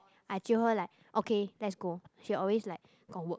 I jio her like okay let's go she always like got work